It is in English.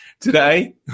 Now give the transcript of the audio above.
Today